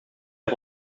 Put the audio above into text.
est